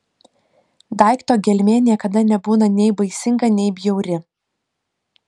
daikto gelmė niekada nebūna nei baisinga nei bjauri